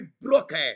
broken